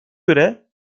göre